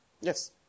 Yes